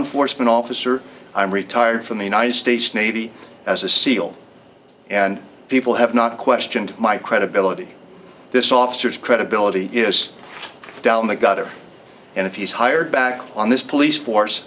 enforcement officer i'm retired from the united states navy as a seal and people have not questioned my credibility this officers credibility is down the gutter and if he's hired back on this police force